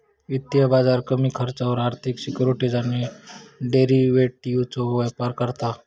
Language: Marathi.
वित्तीय बाजार कमी खर्चावर आर्थिक सिक्युरिटीज आणि डेरिव्हेटिवजचो व्यापार करता